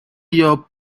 your